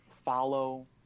Follow